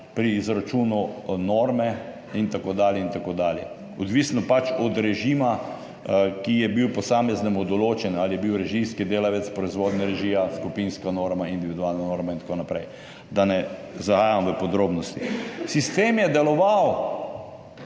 pri izračunu norme in tako dalje, odvisno pač od režima, ki je bil posameznemu določen, ali je bil režijski delavec, proizvodna režija, skupinska norma, individualna norma in tako naprej, da ne zahajam v podrobnosti. Sistem je deloval